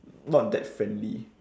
not that friendly